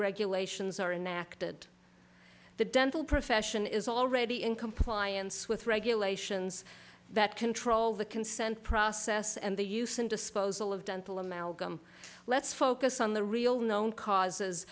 regulations are enacted the dental profession is already in compliance with regulations that control the consent process and the use and disposal of dental amalgam let's focus on the real known causes